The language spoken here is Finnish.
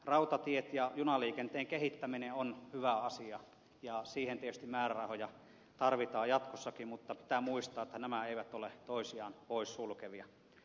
rautatiet ja junaliikenteen kehittäminen on hyvä asia ja siihen tietysti määrärahoja tarvitaan jatkossakin mutta pitää muistaa että nämä eivät ole toisiaan poissulkevia